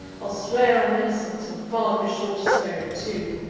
i'll swear i'm innocent, and father is sure to swear it too.